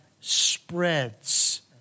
spreads